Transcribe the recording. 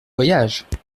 voyage